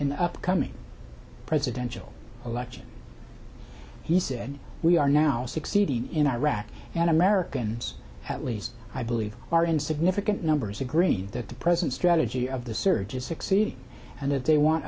in the upcoming presidential election he said we are now succeeding in iraq and americans at least i believe are in significant numbers agree that the present strategy of the surge is succeeding and that they want